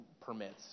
permits